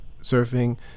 surfing